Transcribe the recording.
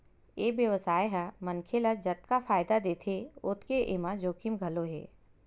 ए बेवसाय ह मनखे ल जतका फायदा देथे ओतके एमा जोखिम घलो हे